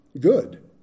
good